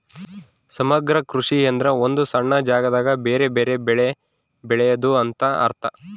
ಸಮಗ್ರ ಕೃಷಿ ಎಂದ್ರ ಒಂದು ಸಣ್ಣ ಜಾಗದಾಗ ಬೆರೆ ಬೆರೆ ಬೆಳೆ ಬೆಳೆದು ಅಂತ ಅರ್ಥ